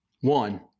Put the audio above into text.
One